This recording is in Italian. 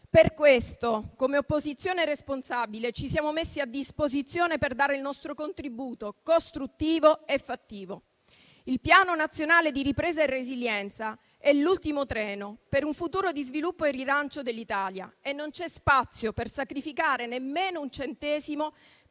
Per questo, come opposizione responsabile, ci siamo messi a disposizione per dare il nostro contributo costruttivo e fattivo. Il Piano nazionale di ripresa e resilienza è l'ultimo treno per un futuro di sviluppo e rilancio dell'Italia e non c'è spazio per sacrificare nemmeno un centesimo